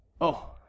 Oh